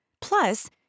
Plus